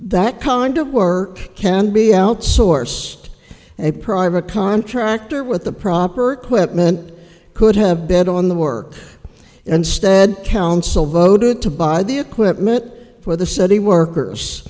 that condo work can be outsource a private contractor with the proper equipment could have bed on the work instead council voted to buy the equipment for the city workers